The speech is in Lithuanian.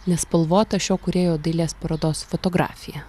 nespalvota šio kūrėjo dailės parodos fotografija